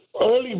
Early